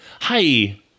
Hi